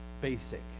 basic